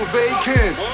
vacant